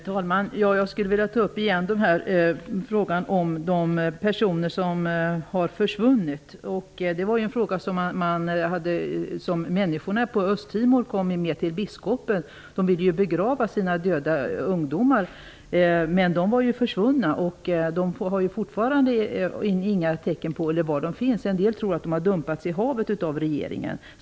Herr talman! Jag skulle vilja ta upp frågan om de personer som har försvunnit igen. Det var en fråga som människorna på Östtimor kom med till biskopen. Man ville begrava sina döda ungdomar, men de var försvunna. Det finns fortfarande inga tecken på var de finns. En del tror att de har dumpats i havet av regeringen.